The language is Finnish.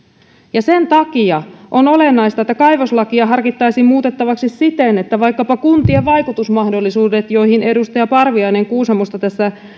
ja sen takia on olennaista että kaivoslakia harkittaisiin muutettavaksi siten että vaikkapa kuntien vaikutusmahdollisuudet joihin edustaja parviainen kuusamosta tässä